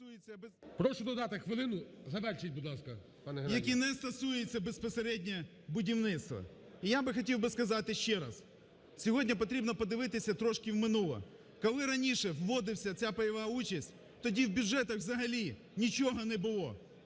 Прошу додати хвилину. Завершіть, будь ласка, пане Геннадій. ЗУБКО Г.Г. …які не стосуються безпосередньо будівництва. І я би хотів би сказати ще раз, сьогодні потрібно подивитися трошки в минуле, коли раніше вводився, ця пайова участь, тоді в бюджетах взагалі нічого не було,